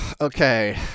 Okay